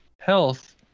health